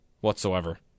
whatsoever